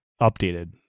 updated